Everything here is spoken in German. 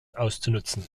auszunutzen